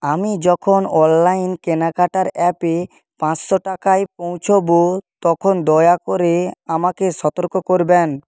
আমি যখন অনলাইন কেনাকাটার অ্যাপে পাঁচশো টাকায় পৌঁছবো তখন দয়া করে আমাকে সতর্ক করবেন